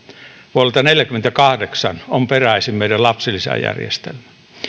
vuodelta neljäkymmentäkahdeksan on peräisin meidän lapsilisäjärjestelmä